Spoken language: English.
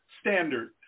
standard